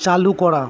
চালু করা